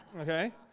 okay